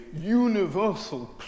universal